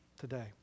today